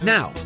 Now